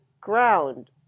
ground